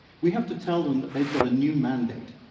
we have to tell them that they've got a new mandate.